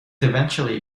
eventually